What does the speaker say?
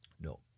No